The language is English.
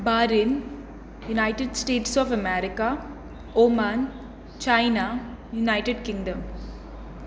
Bahrain United States of America Oman China United Kingdom